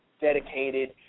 dedicated